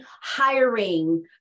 hiring